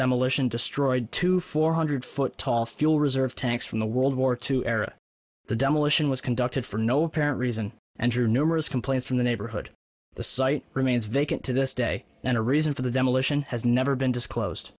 demolition destroyed to four hundred foot tall fuel reserve tanks from the world war two era the demolition was conducted for no apparent reason and your numerous complaints from the neighborhood the site remains vacant to this day and a reason for the demolition has never been disclosed